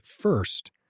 first